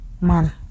man